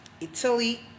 Italy